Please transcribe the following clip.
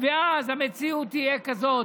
ואז המציאות תהיה כזאת